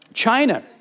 China